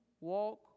walk